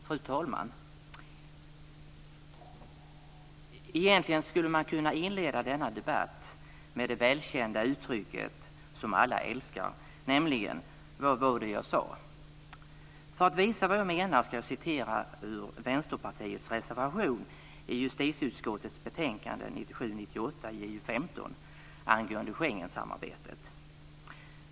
Fru talman! Egentligen skulle man kunna inleda denna debatt med det välkända uttrycket som alla älskar, nämligen: Vad var det jag sa! För att visa vad jag menar ska jag citera ur Vänsterpartiets reservation i justitieutskottets betänkande 1997/98:JuU15 angående Schengensamarbetet.